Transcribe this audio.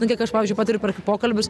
nu kiek aš pavyzdžiui patariu per pokalbius